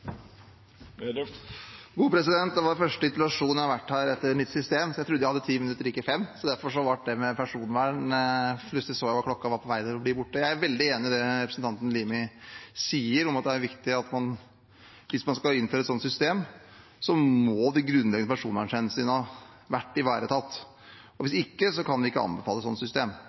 første interpellasjonen jeg har vært på etter nytt system, så jeg trodde jeg hadde ti minutter og ikke fem. Så derfor ble dette med personvern borte – da jeg plutselig så hvor klokka var på vei. Jeg er veldig enig i det representanten Limi sier, om at det er viktig at hvis man skal innføre et slikt system, så må de grunnleggende personvernhensynene bli ivaretatt. Hvis ikke kan vi ikke anbefale et slikt system.